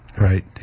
Right